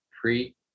pre